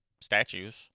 statues